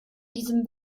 diesem